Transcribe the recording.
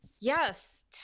Yes